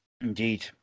Indeed